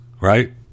right